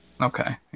Okay